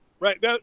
Right